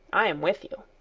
i am with you.